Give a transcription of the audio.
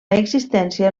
existència